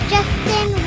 Justin